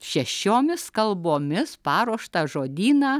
šešiomis kalbomis paruoštą žodyną